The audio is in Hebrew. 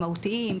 מהותיים,